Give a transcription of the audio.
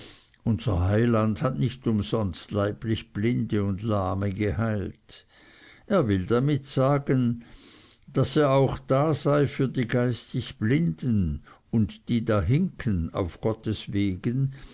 unser heiland hat nicht umsonst leiblich blinde und lahme geheilt er will damit sagen daß er auch da sei für die geistig blinden und die da hinken auf gottes wegen